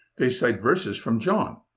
they cite verses from john,